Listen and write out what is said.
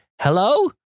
Hello